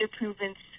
improvements